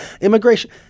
immigration